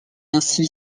ainsi